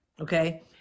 okay